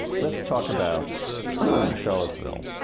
let's talk about charlottesville,